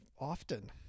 often